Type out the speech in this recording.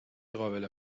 قابل